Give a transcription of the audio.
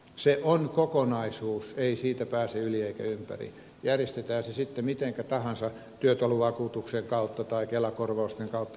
se on kokonaisuus ei siitä pääse yli eikä ympäri järjestetään se sitten mitenkä tahansa työtulovakuutuksen kautta tai kelakorvausten kautta